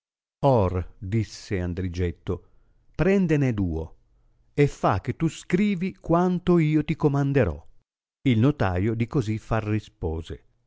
disse andrigetto prendene duo e fa che tu scrivi quanto io ti comanderò il notaio di così far rispose